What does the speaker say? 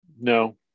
No